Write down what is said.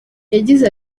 yagize